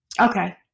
Okay